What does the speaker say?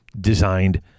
designed